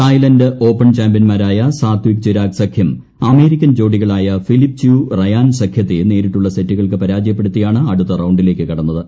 Thailand Open ചാമ്പ്യന്മാരായ സാത്ഥിക് ചിരാഗ് സഖ്യം American ജോഡികളായ ഫിലിപ് ച്യൂ റയാൻ സഖ്യത്തെ നേരിട്ടുള്ള സെറ്റുകൾക്ക് പരാജയപ്പെടുത്തിയാണ് അടുത്ത റൌണ്ടിലേക്ക് കടന്നത്